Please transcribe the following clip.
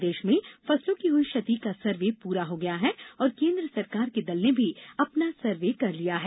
प्रदेश में फसलों की हुई क्षति का सर्वे पूरा हो गया है और केन्द्र सरकार के दल ने भी अपना सर्वे कर लिया है